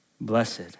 Blessed